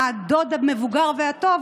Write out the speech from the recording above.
הדוד המבוגר והטוב,